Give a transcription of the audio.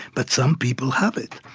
but some people have it.